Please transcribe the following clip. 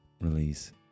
Release